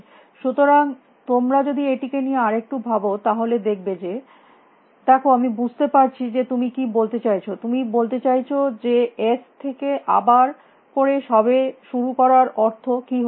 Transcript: সুতরাং তোমরা যদি এটিকে নিয়ে আরেকটু ভাব তাহলে দেখবে যে দেখো আমি বুঝতে পারছি যে তুমি কী বলতে চাইছ তুমি বলতে চাইছ যে এস থেকে আবার করে সব শুরু করার অর্থ কী হতে পারে